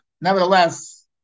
nevertheless